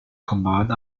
command